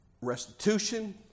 restitution